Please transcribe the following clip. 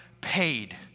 paid